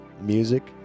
music